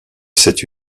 cette